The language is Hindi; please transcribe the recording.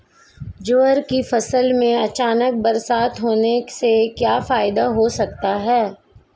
ज्वार की फसल में अचानक बरसात होने से क्या फायदा हो सकता है?